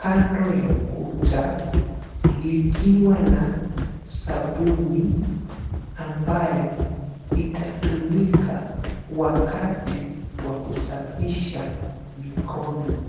kando ya ukuta, likiwa na sabuni ambayo itatumika wakati wa kusafisha mikono.